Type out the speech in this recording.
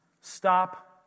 Stop